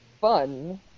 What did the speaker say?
fun